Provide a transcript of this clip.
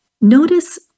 Notice